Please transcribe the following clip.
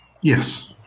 Yes